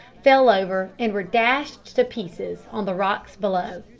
fell over, and were dashed to pieces on the rocks below.